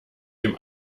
dem